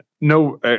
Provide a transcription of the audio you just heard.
no